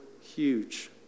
huge